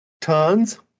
Tons